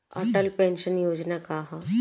Atal pension Yojana का ह?